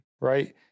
right